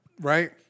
Right